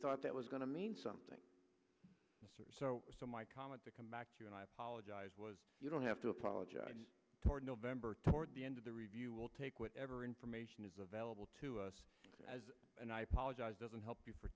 thought that was going to mean something so my comment to come back to you and i apologize was you don't have to apologize for november toward the end of the review will take whatever information is available to us as and i apologize doesn't help